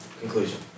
conclusion